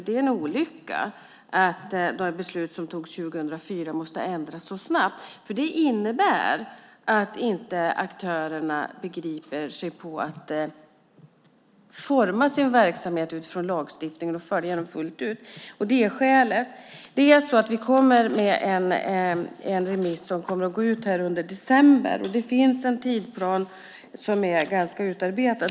Det är en olycka att de beslut som togs 2004 måste ändras så snabbt. För det innebär att aktörerna inte begriper sig på att forma sin verksamhet utifrån lagstiftningen och att följa den fullt ut. Det är skälet. Vi kommer att gå ut med en remiss under december. Det finns en tidsplan som är ganska utarbetad.